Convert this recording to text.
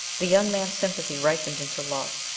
the young man's sympathy ripened into love,